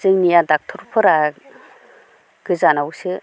जोंनिया ड'क्टर फोरा गोजानावसो